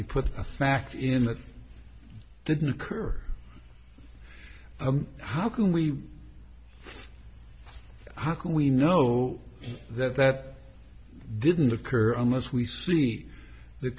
he put a fact in that didn't occur how can we how can we know that that didn't occur unless we see the